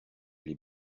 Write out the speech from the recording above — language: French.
les